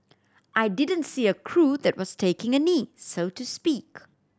I didn't see a crew that was taking a knee so to speak